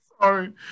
Sorry